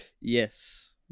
Yes